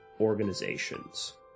organizations